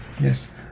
Yes